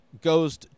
goes